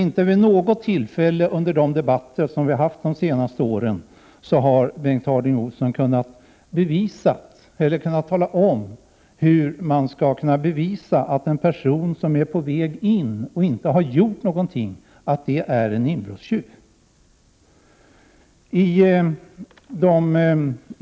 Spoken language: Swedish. Inte i någon av de debatter som vi har haft under de senaste åren har Bengt Harding Olson kunnat säga hur man kan bevisa att en person som är på väg in i en villa och som inte har begått något brott är en inbrottstjuv.